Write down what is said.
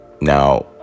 now